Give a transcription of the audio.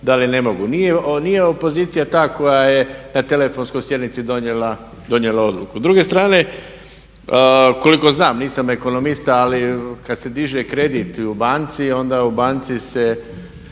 da li ne mogu. Nije opozicija ta koja je na telefonskoj sjednici donijela odluku. S druge strane koliko znam, nisam ekonomista, ali kad se diže kredit i u banci onda u banci se